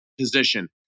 position